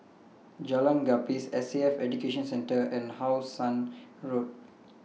Jalan Gapis S A F Education Centre and How Sun Road